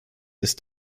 ist